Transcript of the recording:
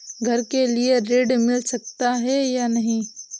घर के लिए ऋण मिल सकता है या नहीं?